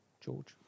George